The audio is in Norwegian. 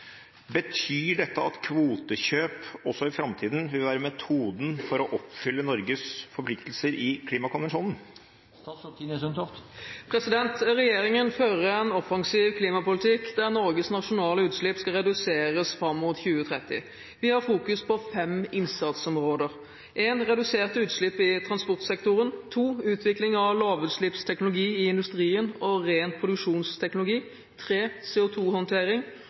Betyr dette at kvotekjøp også i framtiden vil være metoden for å oppfylle våre forpliktelser i klimakonvensjonen?» Regjeringen fører en offensiv klimapolitikk der Norges nasjonale utslipp skal reduseres fram mot 2030. Vi har fokus på fem innsatsområder: reduserte utslipp i transportsektoren utvikling av lavutslippsteknologi i industrien og ren produksjonsteknologi